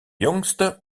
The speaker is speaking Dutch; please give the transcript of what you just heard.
jongste